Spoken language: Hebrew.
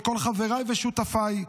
לכל חבריי ושותפיי,